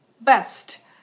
best